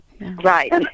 Right